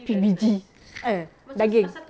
mm daging